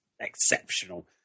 exceptional